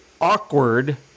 awkward